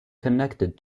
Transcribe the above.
connected